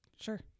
sure